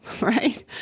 Right